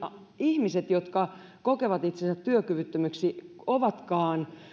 ihmiset jotka kokevat itsensä työkyvyttömiksi ovatkin